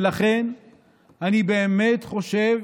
ולכן אני באמת חושב